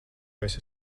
esi